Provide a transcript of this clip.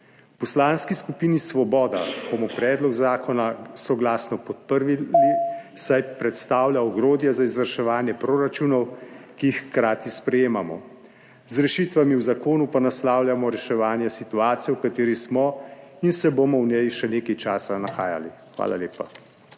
Poslanski skupini Svoboda bomo predlog zakona soglasno podprli, saj predstavlja orodje za izvrševanje proračunov, ki jih hkrati sprejemamo. Z rešitvami v zakonu pa naslavljamo reševanje situacije, v kateri smo in se bomo v njej še nekaj časa nahajali. Hvala lepa.